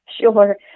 Sure